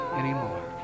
anymore